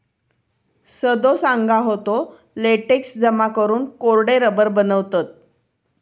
सदो सांगा होतो, लेटेक्स जमा करून कोरडे रबर बनवतत